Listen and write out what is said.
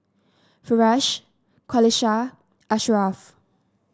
Firash Qalisha Ashraff